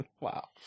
Wow